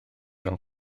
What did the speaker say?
rhwng